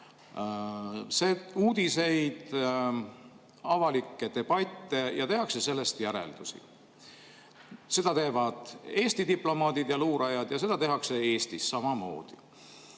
uudiseid, avalikke debatte ja tehakse sellest järeldusi. Seda teevad Eesti diplomaadid ja luurajad ja seda tehakse Eestis samamoodi.